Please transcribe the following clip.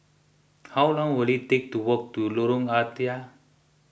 how long will it take to walk to Lorong Ah Thia